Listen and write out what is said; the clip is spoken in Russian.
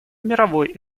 мировой